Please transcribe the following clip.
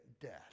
death